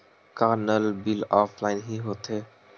का नल bill offline हि होथे?